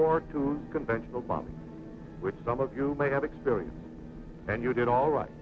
war two conventional bombing which some of you may have experienced and you did all right